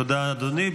תודה, אדוני.